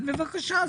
בבקשה,